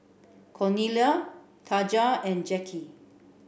Cornelia Taja and Jacki